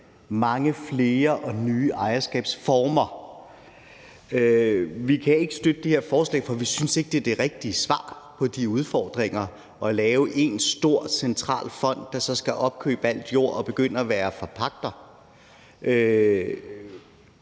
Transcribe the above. mange flere og nye ejerskabsformer? Vi kan ikke støtte det her forslag, for vi synes ikke, det er det rigtige svar på de udfordringer at lave én stor, central fond, der så skal opkøbe al jord og begynde at være forpagter.